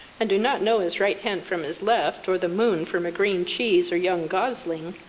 and do not know his right hand from his left, or the moon from a green cheese or young gosling,